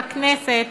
בכנסת,